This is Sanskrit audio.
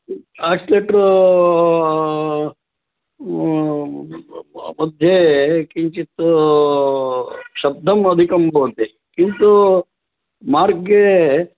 एक्सलेटर् मध्ये किञ्चित् शब्दम् अधिकं भवति किन्तु मार्गे